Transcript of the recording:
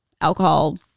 alcohol